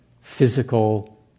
physical